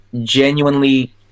genuinely